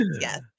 Yes